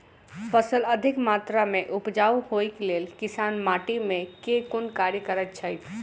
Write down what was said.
फसल अधिक मात्रा मे उपजाउ होइक लेल किसान माटि मे केँ कुन कार्य करैत छैथ?